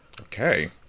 Okay